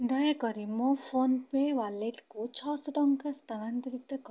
ଦୟାକରି ମୋ ଫୋନ୍ପେ ୱାଲେଟ୍କୁ ଛଅଶହ ଟଙ୍କା ସ୍ଥାନାନ୍ତରିତ କର